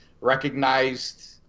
recognized